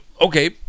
okay